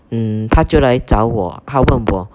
mm 他就来找我他问我